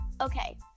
Okay